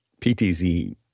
PTZ